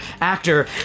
actor